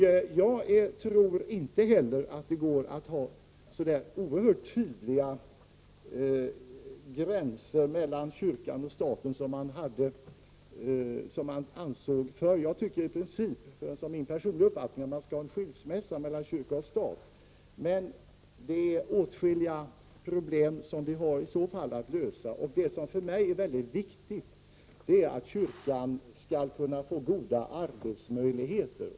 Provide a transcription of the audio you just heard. Jag anser det inte vara möjligt att ha de oerhört tydliga gränser mellan kyrkan och staten som man förr ansåg skulle finnas. Jag tycker i princip — det är min personliga uppfattning — att man skall ha en skilsmässa mellan kyrka och stat, men det finns åtskilliga problem som vi i så fall har att lösa. Vad som för mig är mycket viktigt är att kyrkan får goda arbetsmöjligheter.